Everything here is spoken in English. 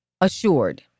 Assured